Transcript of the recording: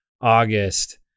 August